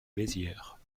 mézières